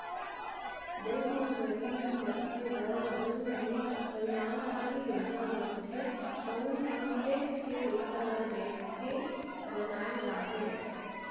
देस म गरीब मनखे बर जउन भी कल्यानकारी योजना बनथे तउन ह टेक्स के पइसा ल देखके बनाए जाथे